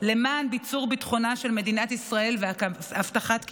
למען ביצור ביטחונה של מדינת ישראל והבטחת קיומה.